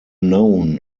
known